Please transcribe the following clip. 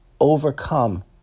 overcome